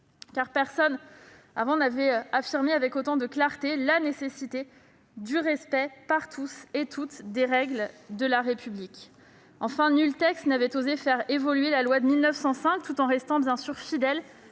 fait, personne n'avait encore affirmé avec autant de clarté la nécessité du respect par tous et toutes des règles de la République. Enfin, nul texte n'avait osé faire évoluer la loi de 1905, tout en restant fidèle